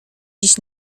dziś